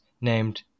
named